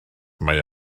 mae